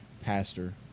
pastor